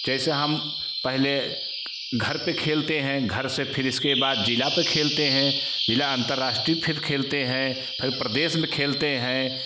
जैसे हम पहले घर पर खेलते हैं घर से फिर इसके बाद जिला पर खेलते हैं जिला अंतर्राष्ट्रीय फिर खेलते हैं फिर प्रदेश में खेलते हैं